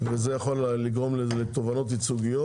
וזה יכול לגרום לתובענות ייצוגיות.